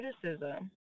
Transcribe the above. criticism